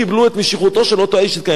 לכן אין פה מקום לדיפלומטיה.